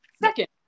Second